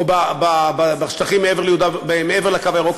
בשטחים מעבר לקו הירוק,